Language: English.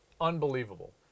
unbelievable